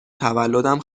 تولدم